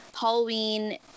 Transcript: Halloween